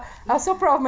ya